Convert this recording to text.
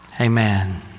amen